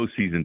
Postseason